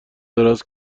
دراز